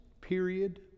period